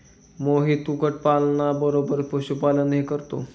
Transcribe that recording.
मोहित कुक्कुटपालना बरोबर पशुपालनही करतो